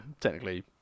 technically